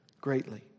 greatly